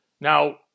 Now